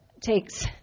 takes